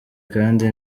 kandi